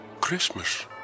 Christmas